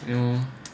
you know